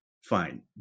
fine